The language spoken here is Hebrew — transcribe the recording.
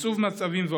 וייצוב מצבם.